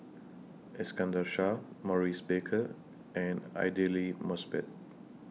Iskandar Shah Maurice Baker and Aidli Mosbit